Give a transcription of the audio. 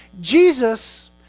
Jesus